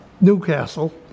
Newcastle